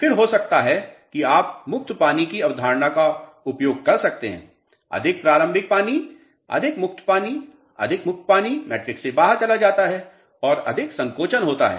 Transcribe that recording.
फिर हो सकता है कि आप मुक्त पानी की अवधारणा का उपयोग कर सकते हैं अधिक प्रारंभिक पानी अधिक मुक्त पानी अधिक मुक्त पानी मैट्रिक्स से बाहर चला जाता है और अधिक संकोचन होता है